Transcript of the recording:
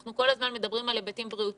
אנחנו כל הזמן מדברים על היבטים בריאותיים,